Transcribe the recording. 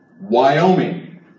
Wyoming